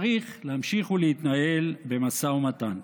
צריך להמשיך להתנהל במשא ומתן.